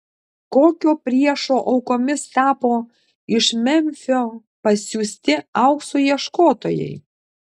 kokio priešo aukomis tapo iš memfio pasiųsti aukso ieškotojai